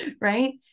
right